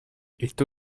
est